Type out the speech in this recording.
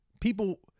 people